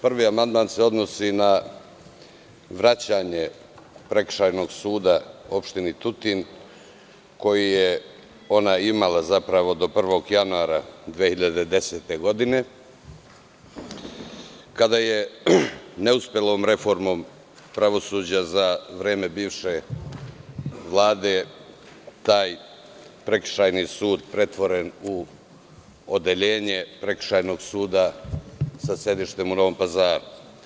Prvi amandman se odnosi na vraćanje Prekršajnog suda opštini Tutin koji je ona imalado 1. januara 2010. godine, kada je neuspelom reformom pravosuđa za vreme bivše Vlade taj prekršajni sud pretvoren u odeljenje Prekršajnog suda sa sedištem u Novom Pazaru.